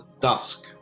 Dusk